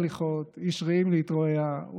הרעיונות שלי,